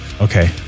okay